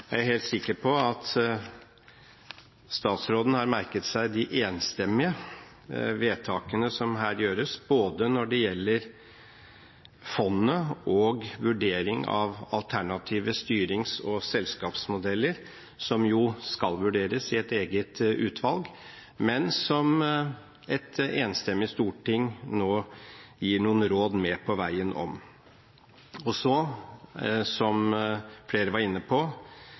er jeg helt sikker på at statsråden har merket seg de enstemmige vedtakene som skal fattes, når det gjelder både fondet og vurderingen av alternative styrings- og selskapsmodeller, som jo skal vurderes i et eget utvalg, men som et enstemmig storting nå gir noen råd med på veien om. Og så, som flere var inne på,